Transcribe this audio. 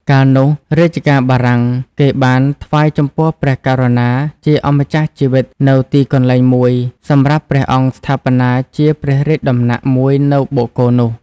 កាលនោះ រាជការបារាំង គេបានថ្វាយចំពោះព្រះករុណាជាអម្ចាស់ជីវិត នូវទីកន្លែងមួយ សម្រាប់ព្រះអង្គស្ថាបនាជាព្រះរាជដំណាក់មួយនៅបូកគោនោះ ។